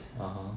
(uh huh)